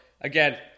again